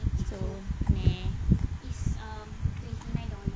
so meh